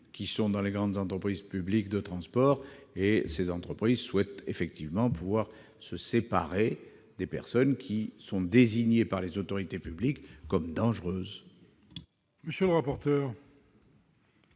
difficiles dans les grandes entreprises publiques de transport et ces dernières souhaitent effectivement se séparer des personnes désignées par les autorités publiques comme dangereuses.